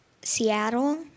Seattle